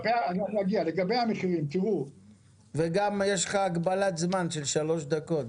יש לך הגבלת זמן של שלוש דקות.